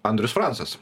andrius francas